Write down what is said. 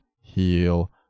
heal